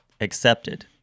accepted